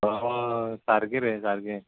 हय सारकें रे सारकें